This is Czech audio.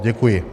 Děkuji.